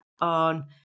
on